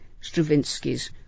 Stravinsky's